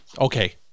Okay